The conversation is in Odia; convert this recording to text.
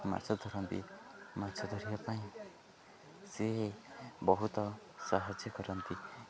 ମାଛ ଧରନ୍ତି ମାଛ ଧରିବା ପାଇଁ ସିଏ ବହୁତ ସାହାଯ୍ୟ କରନ୍ତି